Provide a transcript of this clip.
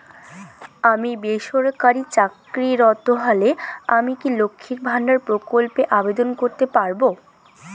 আমি বেসরকারি চাকরিরত হলে আমি কি লক্ষীর ভান্ডার প্রকল্পে আবেদন করতে পারব?